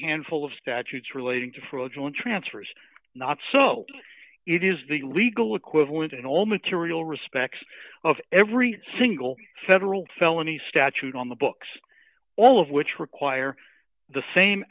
handful of statutes relating to fraudulent transfers not so it is the legal equivalent in all material respects of every single federal felony statute on the books all of which require the same